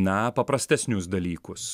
na paprastesnius dalykus